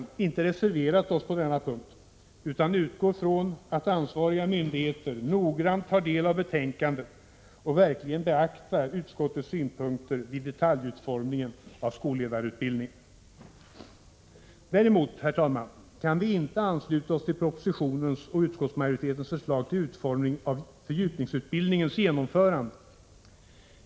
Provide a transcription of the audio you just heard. Vi har inte reserverat oss på denna punkt utan utgår från att ansvariga myndigheter noggrant tar del av betänkandet och verkligen beaktar utskottets synpunkter vid detaljutformningen av skolledarutbildningen. Däremot kan vi inte ansluta oss till propositionens och utskottsmajoritetens förslag till utformning av fördjupningsutbildningens genomförande.